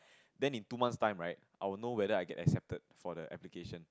then in two months time right I will know if I get accepted for the application